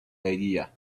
idea